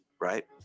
right